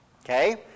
okay